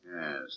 Yes